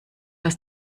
das